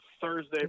Thursday